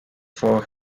for